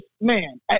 man